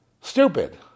Stupid